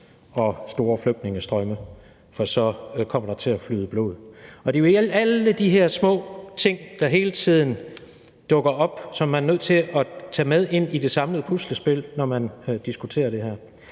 og store flygtningestrømme, for så kommer der til at flyde blod. Det er jo alle de her små ting, der hele tiden dukker op, man er nødt til at tage med ind i det samlede puslespil, når man diskuterer det her.